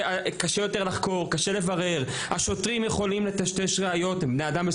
קשה יותר לחקור ולברר: השוטרים יכולים לטשטש ראיות הם בני אדם,